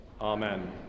Amen